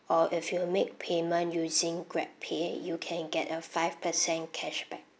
or if you make payment using grabpay you can get a five percent cashback